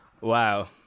Wow